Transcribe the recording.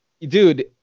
dude